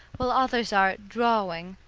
while others are drawing,